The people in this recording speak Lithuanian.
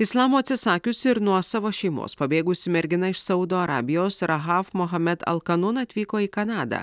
islamo atsisakiusi ir nuo savo šeimos pabėgusi mergina iš saudo arabijos rahav mohamed alkanun atvyko į kanadą